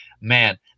man